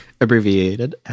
Abbreviated